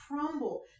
crumble